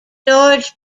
george